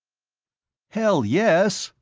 hell, yes,